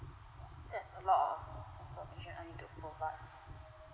that's a lot of information I need to provide